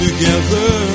Together